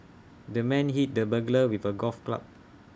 the man hit the burglar with A golf club